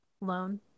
loan